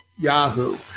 Yahoo